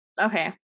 okay